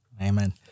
Amen